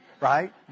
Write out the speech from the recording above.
right